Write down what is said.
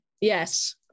Yes